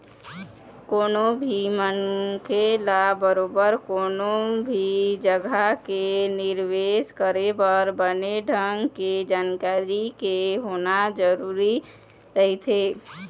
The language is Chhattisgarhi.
कोनो भी मनखे ल बरोबर कोनो भी जघा के निवेश करे बर बने ढंग के जानकारी के होना जरुरी रहिथे